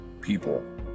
people